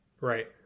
right